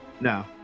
no